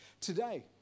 today